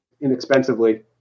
inexpensively